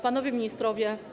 Panowie Ministrowie!